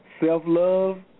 Self-love